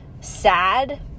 sad